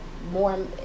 more